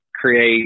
create